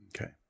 Okay